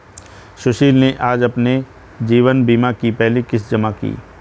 सुशील ने आज अपने जीवन बीमा की पहली किश्त जमा की